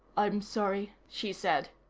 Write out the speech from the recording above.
i'm sorry, she said.